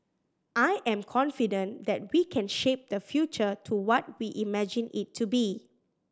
I am confident that we can shape the future to what we imagine it to be